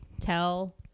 tell